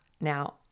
Now